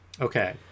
Okay